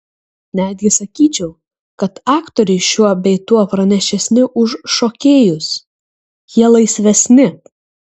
netgi sakyčiau kad aktoriai šiuo bei tuo pranašesni už šokėjus jie laisvesni